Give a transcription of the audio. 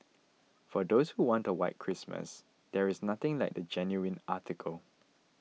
for those who want a white Christmas there is nothing like the genuine article